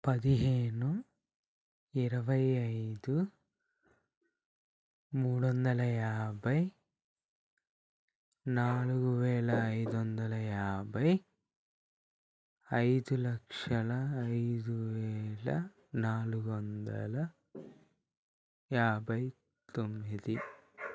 పదిహేను ఇరవై ఐదు మూడు వందల యాభై నాలుగు వేల ఐదు వందల యాభై ఐదు లక్షల ఐదు వేల నాలుగు వందల యాభై తొమ్మిది